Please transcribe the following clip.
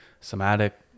somatic